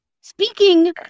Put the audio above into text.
Speaking